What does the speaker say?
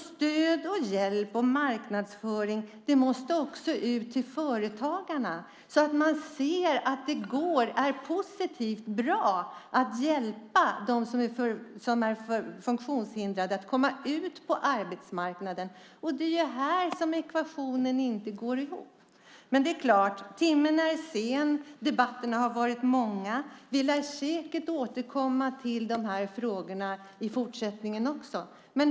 Stöd, hjälp och marknadsföring måste också ut till företagarna så att man ser att det går, är positivt och bra att hjälpa dem som är funktionshindrade att komma ut på arbetsmarknaden. Det är här ekvationen inte går ihop. Timmen är sen och debatterna har varit många. Vi lär säkert återkomma till dessa frågor i fortsättningen.